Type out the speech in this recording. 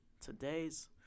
today's